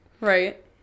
Right